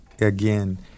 again